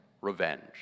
revenge